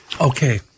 Okay